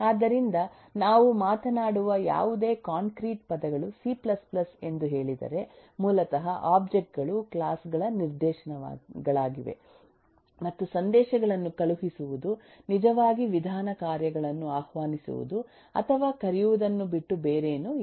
ಆದ್ದರಿಂದ ನಾವು ಮಾತನಾಡುವ ಯಾವುದೇ ಕಾಂಕ್ರೀಟ್ ಪದಗಳು ಸಿ C ಎಂದು ಹೇಳಿದರೆ ಮೂಲತಃ ಒಬ್ಜೆಕ್ಟ್ ಗಳು ಕ್ಲಾಸ್ ಗಳ ನಿದರ್ಶನಗಳಾಗಿವೆ ಮತ್ತು ಸಂದೇಶಗಳನ್ನು ಕಳುಹಿಸುವುದು ನಿಜವಾಗಿ ವಿಧಾನ ಕಾರ್ಯಗಳನ್ನು ಆಹ್ವಾನಿಸುವುದು ಅಥವಾ ಕರೆಯುವುದನ್ನು ಬಿಟ್ಟು ಬೇರೇನೂ ಅಲ್ಲ